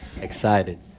Excited